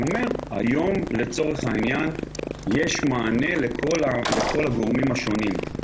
היום יש מענה לכל הגורמים השונים.